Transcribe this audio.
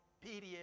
period